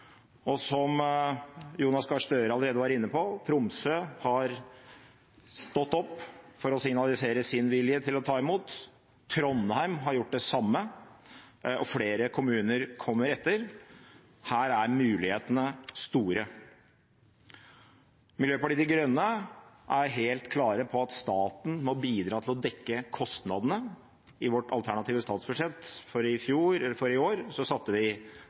Som Jonas Gahr Større allerede har vært inne på, har Tromsø stått opp for å signalisere sin vilje til å ta imot. Trondheim har gjort det samme, og flere kommuner kommer etter. Her er mulighetene store. Miljøpartiet De Grønne er helt klar på at staten må bidra til å dekke kostnadene. I vårt alternative statsbudsjett for i år satte vi allerede av 1,1 mrd. kr til å dekke slike utgifter i kommunene. Vi